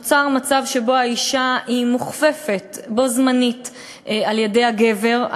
נוצר מצב שבו האישה מוכפפת בו בזמן על-ידי הגבר,